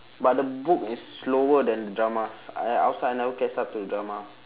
but the book is slower than the dramas I outside I never catch up to the drama